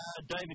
David